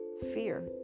fear